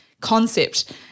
concept